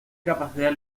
capacidades